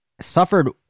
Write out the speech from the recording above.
Suffered